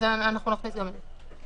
אנחנו נכניס גם את זה.